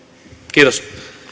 kiitos